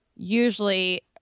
Usually